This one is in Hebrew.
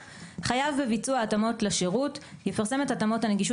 34. חייב בביצוע התאמות לשירות יפרסם את התאמות הנגישות